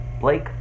Blake